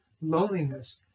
loneliness